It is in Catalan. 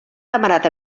demanat